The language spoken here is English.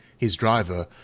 his driver,